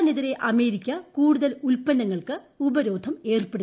ഇറാനെതിരെ അമേരിക്ക കൂടുതൽ ഉല്പന്നങ്ങൾക്ക് ഉപരോധം ഏർപ്പെടുത്തി